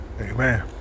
Amen